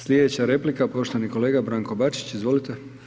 Slijedeća replika, poštovani kolega Branko Bačić, izvolite.